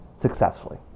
successfully